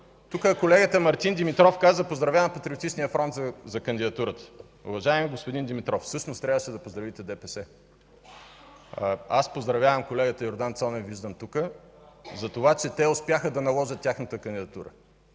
Колегата Мартин Димитров тук каза, че поздравява Патриотичния фронт за кандидатурата. Уважаеми господин Димитров, всъщност трябваше да поздравите ДПС. (Шум и реплики.) Аз поздравявам колегата Йордан Цонев за това, че те успяха да наложат тяхната кандидатура